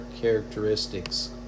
characteristics